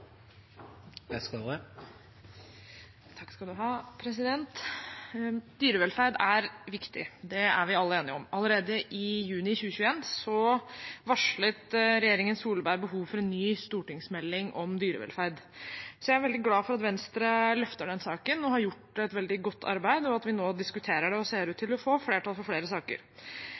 Dyrevelferd er viktig. Det er vi alle enige om. Allerede i juni 2021 varslet regjeringen Solberg behov for en ny stortingsmelding om dyrevelferd. Jeg er veldig glad for at Venstre løfter denne saken og har gjort et veldig godt arbeid, og at vi nå diskuterer det og ser ut til å få flertall for flere